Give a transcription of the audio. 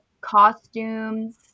costumes